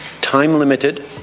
time-limited